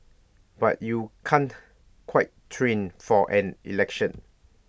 but you can't quite train for an election